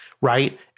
right